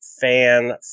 fan